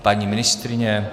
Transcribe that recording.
Paní ministryně?